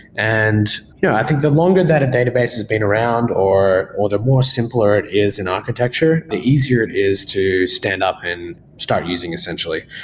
and yeah i think the longer that a database has been around or or the more simpler it is in architecture, the easier it is to stand up and start using essentially.